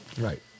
Right